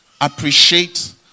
appreciate